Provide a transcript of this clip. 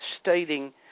stating